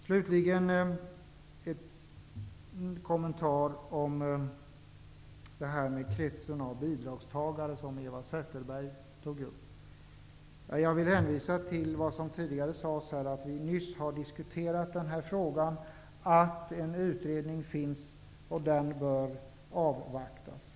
Slutligen en kommentar angående kretsen av bidragstagare, som Eva Zetterberg tog upp. Jag vill hänvisa till vad som tidigare sades om att vi nyss har diskuterat den här frågan, att en utredning finns och att den bör avvaktas.